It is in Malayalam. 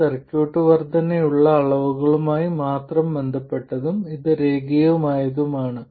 ഈ സർക്യൂട്ട് വർദ്ധനയുള്ള അളവുകളുമായി മാത്രം ബന്ധപ്പെട്ടതും അത് രേഖീയവുമാണ്